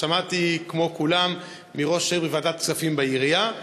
שמעתי כמו כולם מראש העיר בוועדת הכספים בעירייה.